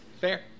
Fair